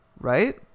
Right